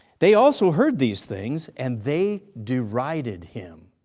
they also heard these things and they derided him.